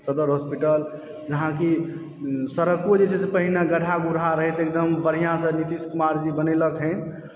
सदर हॉस्पिटल जहाँ कि सड़को जे छै से पहिने गड़हा गुड़हा रहै तऽ एकदम बढ़ियासऽ नीतीश कुमार जी बनैलक हन